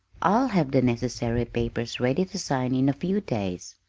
i'll have the necessary papers ready to sign in a few days,